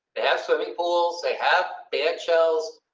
they have swimming pools, they have bad shells.